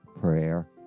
prayer